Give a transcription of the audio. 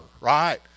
right